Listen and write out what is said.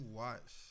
watch